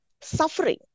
suffering